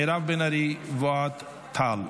מירב בן ארי ואוהד טל,